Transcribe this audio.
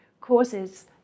causes